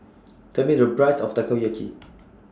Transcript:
Tell Me The Price of Takoyaki